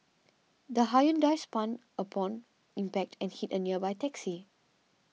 the Hyundai spun upon impact and hit a nearby taxi